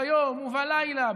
ביום ובלילה,